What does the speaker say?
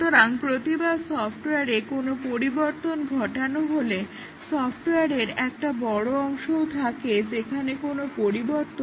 সুতরাং প্রতিবার সফট্ওয়ারে কোনো পরিবর্তন ঘটানো হলে সফটওয়ারের একটা বড় অংশও থাকে যেখানে কোনো পরিবর্তন ঘটানো হয় না